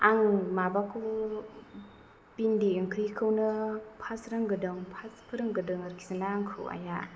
आं माबाखौ भिन्दि ओंख्रैखौनो फास रोंग्रोदों फास फोरोंग्रोदों आरोखि ना आंखौ आइया